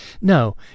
No